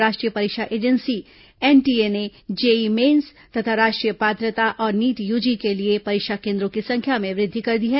राष्ट्रीय परीक्षा agency NTA ने जेईई मेन्स तथा राष्ट्रीय पात्रता और नीट यूजी के लिए परीक्षा केन्द्रों की संख्या में वृद्धि कर दी है